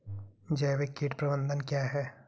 जैविक कीट प्रबंधन क्या है?